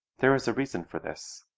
there is a reason for this.